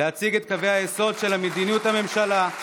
להציג את קווי היסוד של מדיניות הממשלה,